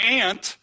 aunt